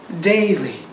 daily